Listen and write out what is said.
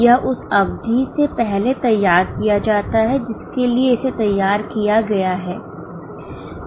यह उस अवधि से पहले तैयार किया जाता है जिसके लिए इसे तैयार किया गया है